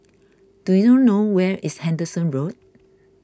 do you know where is Henderson Road